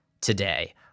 today